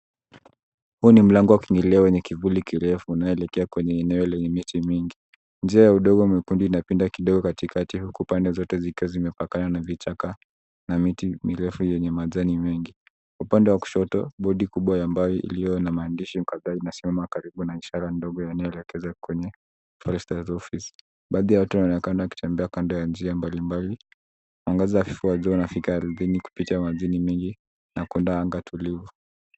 Huu ni mlango wa kiingilio wenye kivuli kirefu inaoelekea kwenye eneo lenye miti mingi. Njia ya udongo mwekundu inapinda kidogo katikati huku pande zote zikiwa zimepakana na vichaka na miti mirefu enye majani mengi. Upande wa kushoto bodi kubwa wa mbao ilio na maandishi Mkaikai inasimama karibu na ishara ndogo eneo ikiweza kwenye Foresters Office . Baadhi ya watu wanaonekana wakitembea kando ya njia mbali mbali . Mwangaza hafifu ya jua unafika aridhini kupitia majini mingi na kuenda anga tulivu.